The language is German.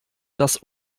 das